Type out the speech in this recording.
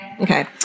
Okay